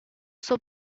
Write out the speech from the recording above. uso